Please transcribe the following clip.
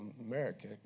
America